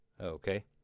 Okay